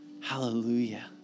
Hallelujah